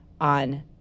on